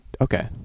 Okay